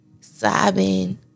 sobbing